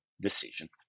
decision